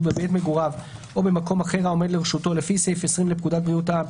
בבית מגוריו או במקום אחר העומד לרשותו לפי סעיף 20 לפקודת בריאות העם,